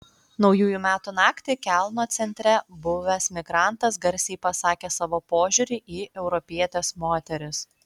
naujųjų metų naktį kelno centre buvęs migrantas garsiai pasakė savo požiūrį į europietes moteris